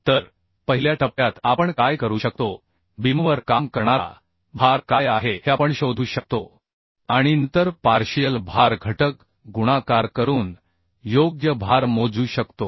तर पहिल्या टप्प्यात आपण काय करू शकतो बीमवर काम करणारा भार काय आहे हे आपण शोधू शकतो आणि नंतर पार्शियल भार घटक गुणाकार करून योग्य भार मोजू शकतो